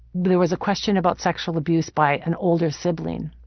there was a question about sexual abuse by an older sibling.